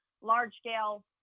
large-scale